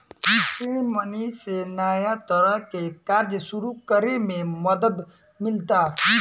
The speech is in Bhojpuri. सीड मनी से नया तरह के कार्य सुरू करे में मदद मिलता